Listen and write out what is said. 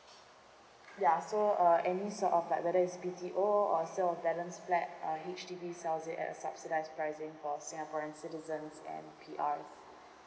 ya so uh any sort of like whether it's B_T_O or sale of balance flat uh H_D_B sells it at a subsidise pricing for singaporean citizens and P_Rs